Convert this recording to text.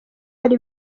hari